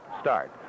start